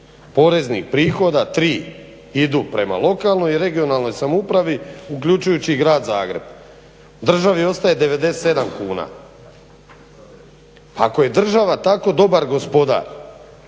poreznih prihoda tri idu prema lokalnoj i regionalnoj samoupravi uključujući i Grad Zagreb. Državi ostaje 97 kuna. Pa ako je država tako dobar gospodar,